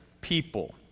people